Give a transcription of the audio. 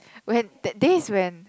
when that days when